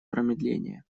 промедления